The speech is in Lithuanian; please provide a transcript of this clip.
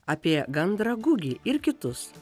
apie gandrą gugį ir kitus